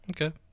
Okay